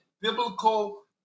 biblical